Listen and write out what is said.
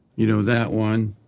you know that one,